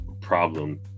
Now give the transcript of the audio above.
problem